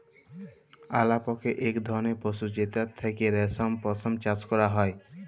আলাপকে ইক ধরলের পশু যেটর থ্যাকে রেশম, পশম চাষ ক্যরা হ্যয়